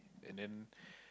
and then